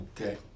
Okay